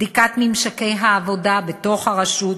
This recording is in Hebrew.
בדיקת ממשקי העבודה בתוך הרשות,